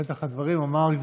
בפתח הדברים אמרת,